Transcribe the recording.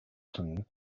tongue